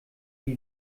die